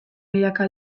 milaka